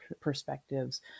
perspectives